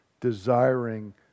desiring